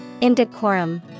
Indecorum